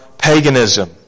Paganism